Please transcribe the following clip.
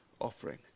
offering